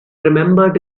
remembered